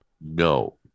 No